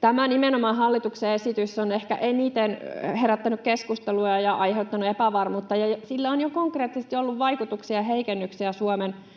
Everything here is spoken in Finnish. Tämä nimenomainen hallituksen esitys on ehkä eniten herättänyt keskustelua ja aiheuttanut epävarmuutta, ja sillä on jo konkreettisesti ollut vaikutuksia ja heikennyksiä Suomen veto- ja